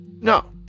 no